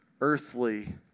earthly